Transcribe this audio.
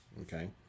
Okay